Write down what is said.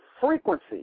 frequency